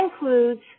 includes